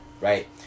right